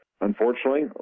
Unfortunately